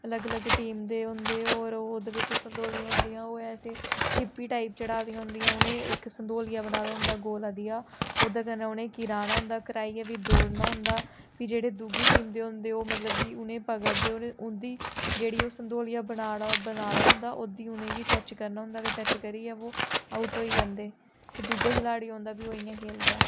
अलग अलग टीम दे होंदे होर ओह् ओह्दे बिच्च संतोलियां होंदियां ओह् ऐसे ठिप्पी टाइप चढ़ाई दियां होंदियां उनें इक संतोलिया बनाए दा होंदा गोला देआ ओह्दे कन्नै उनें घिराना होंदा घिराइयै फ्ही दौड़ना होंदा फ्ही जेह्के दुए टीम दे होंदे ओह् मतलब कि उनेंई पकड़दे होर उं'दी जेह्ड़ी ओह् संतोलियां बनाए दा होंदा ओह्दी उ'नें गी टच करना होंदा अगर टच करी गेआ ओह् आउट होई जंदे फ्ही दूआ खिलाड़ी औंदा फ्ही ओह् इ'यां खेलदा